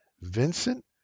Vincent